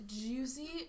Juicy